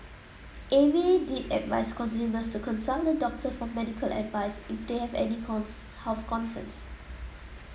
A V did advice consumers to consult a doctor for medical advice if they have any health concerns